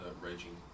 raging